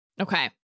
Okay